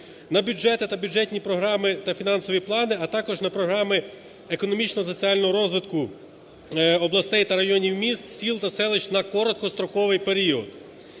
на бюджети та бюджетні програми та фінансові плани, а також на програми економічного соціального розвитку областей та районів, міст, сіл та селищ на короткостроковий період.